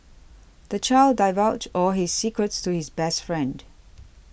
the child divulged all his secrets to his best friend